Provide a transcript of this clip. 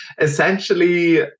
essentially